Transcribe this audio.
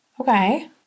Okay